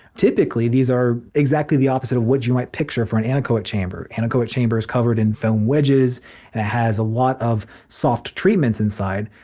typically, these are exactly the opposite of what you might picture for an anechoic chamber. an anechoic chamber is covered in foam wedges and it has a lot of soft treatments inside.